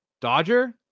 Dodger